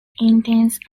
intense